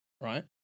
right